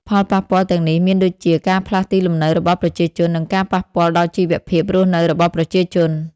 ផលប៉ះពាល់ទាំងនេះមានដូចជា ការផ្លាស់ទីលំនៅរបស់ប្រជាជន និងការប៉ះពាល់ដល់ជីវភាពរស់នៅរបស់ប្រជាជន។